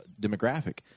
demographic